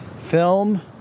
film